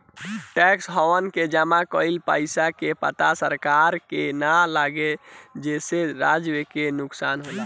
tax haven में जमा कइल पइसा के पता सरकार के ना लागे जेसे राजस्व के नुकसान होला